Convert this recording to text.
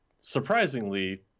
surprisingly